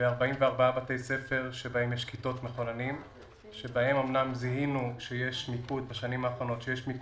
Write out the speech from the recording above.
ו-44 בתי ספר שבהם יש כיתות מחוננים שבהם אמנם זיהינו שיש מיקוד במרכז,